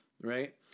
right